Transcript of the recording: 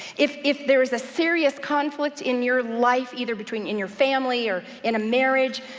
if if there is a serious conflict in your life, either between in your family, or in a marriage,